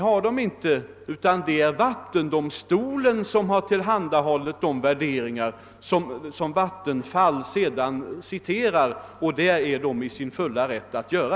Så har inte skett, utan det är vattendomstolen som tillhandahållit de värderingar som Vattenfall citerat, och det är man ju i sin fulla rätt att göra.